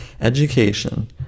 education